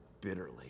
bitterly